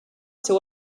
seu